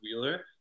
Wheeler